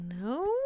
no